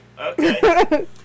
Okay